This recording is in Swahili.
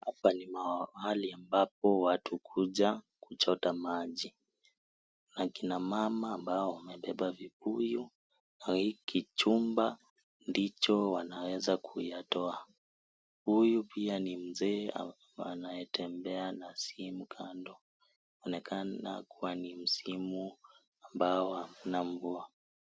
Hapa ni mahali ambapo watu hukuja kuchota maji, akina mama ambao wamebeba vibuyu na hiki chumba ndicho wanaweza kuyatoa, huyu pia ni mzee anayetembea na simu kando, inaonekana kuwa ni msimu ambao hakuna mvua.